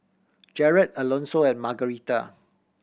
Jered Alonso and Margarita